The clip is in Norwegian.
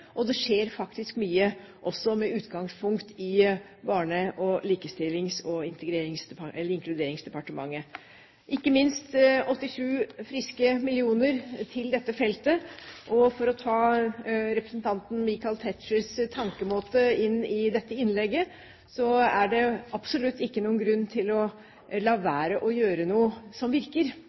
og det skjer faktisk mye også med utgangspunkt i Barne-, likestillings- og inkluderingsdepartementet, ikke minst 87 friske millioner kroner til dette feltet. Og for å ta representanten Michael Tetzschners tenkemåte inn i dette innlegget, så er det absolutt ikke noen grunn til å la være å gjøre noe som virker.